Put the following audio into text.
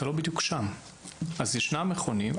אתה לא בדיוק שם אז ישנם מכונים,